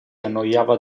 annoiava